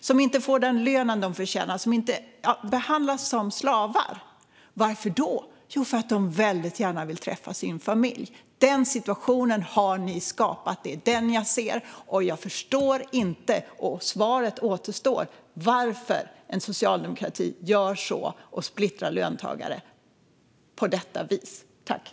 De får inte den lön de förtjänar och behandlas som slavar. Varför då? Jo, för att de väldigt gärna vill träffa sin familj. Den situationen har ni skapat. Det är den jag ser, och jag förstår inte detta. Frågan varför socialdemokratin gör så och splittrar löntagare på detta vis kvarstår.